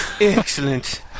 Excellent